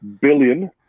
billion